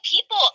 people